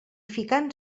ficant